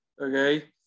okay